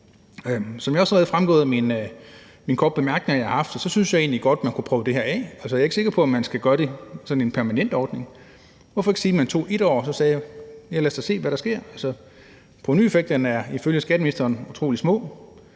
Som det også allerede er fremgået af de korte bemærkninger, jeg har haft, så synes jeg egentlig godt, man kunne prøve det her af. Jeg er ikke sikker på, om man skal gøre det til en permanent ordning, men hvorfor ikke sige, at man prøvede det i et år og sagde: Lad os se, hvad der sker? Provenueffekterne er ifølge skatteministeren utrolig små,